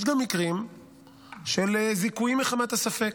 יש גם מקרים של זיכויים מחמת הספק,